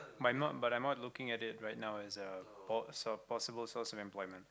but I'm not but I'm not looking at it right now as a pos~ possible source of employment